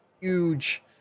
huge